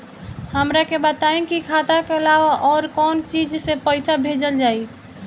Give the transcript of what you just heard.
हमरा के बताई की खाता के अलावा और कौन चीज से पइसा भेजल जाई?